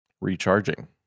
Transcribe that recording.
recharging